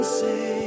say